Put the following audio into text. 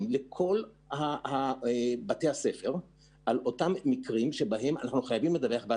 לכל בתי הספר על אותם מקרים שחייבים לדווח.